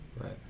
Right